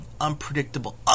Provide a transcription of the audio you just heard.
unpredictable